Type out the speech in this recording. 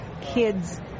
kids